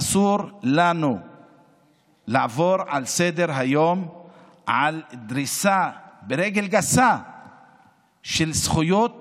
אסור לנו לעבור לסדר-היום על דריסה ברגל גסה של זכויות